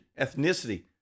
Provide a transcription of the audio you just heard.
ethnicity